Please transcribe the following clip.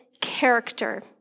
character